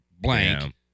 blank